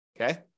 okay